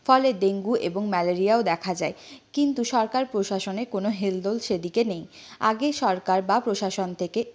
ফলে ডেঙ্গু এবং ম্যালেরিয়াও দেখা যায় কিন্তু সরকার প্রশাসনের কোনও হেলদোল সেদিকে নেই আগে সরকার বা প্রশাসন থেকে